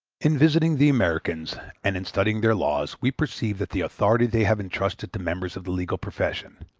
in visiting the americans and in studying their laws we perceive that the authority they have entrusted to members of the legal profession,